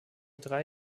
drei